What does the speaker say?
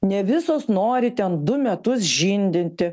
ne visos nori ten du metus žindyti